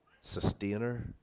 sustainer